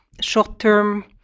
short-term